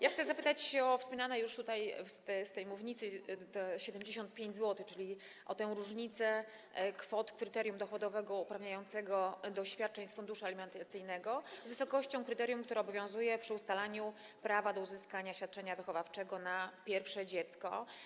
Ja chcę zapytać o wspomniane już tutaj z tej mównicy 75 zł, czyli o tę różnicę między kwotą kryterium dochodowego uprawniającego do świadczeń z funduszu alimentacyjnego a kwotą kryterium, która obowiązuje przy ustalaniu prawa do uzyskania świadczenia wychowawczego na pierwsze dziecko.